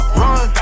run